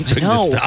no